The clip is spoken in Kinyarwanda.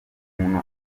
umuntu